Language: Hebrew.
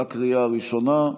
בקריאה ראשונה.